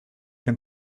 can